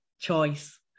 choice